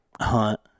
hunt